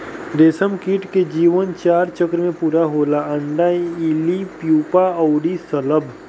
रेशमकीट के जीवन चार चक्र में पूरा होला अंडा, इल्ली, प्यूपा अउरी शलभ